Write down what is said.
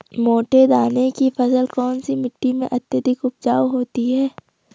मोटे दाने की फसल कौन सी मिट्टी में अत्यधिक उपजाऊ होती है?